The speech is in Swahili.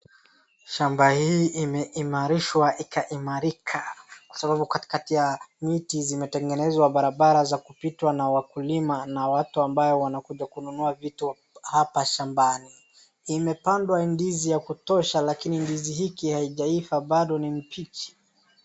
Shamba hii imeimarishwa ikaimarika kwa sababu katikati ya miti zimetengenezwa barabara za kupitwa na wakulima na watu ambaye wanakuja kununua vitu hapa shambani. Imepandwa ndizi ya kutosha lakini ndizi hiki haijaiva bado ni mbichi.